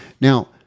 Now